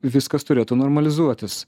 viskas turėtų normalizuotis